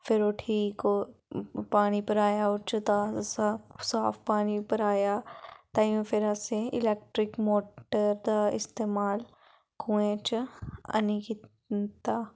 फिर ओह् ठीक पानी भराया ओह्दे च तां साफ साफ पानी भराया ताहियों फिर असें इलेक्ट्रिक मोटर दा इस्तेमाल कुएं च ऐनी कीता